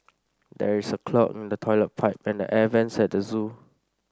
there is a clog in the toilet pipe and the air vents at the zoo